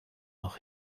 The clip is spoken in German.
noch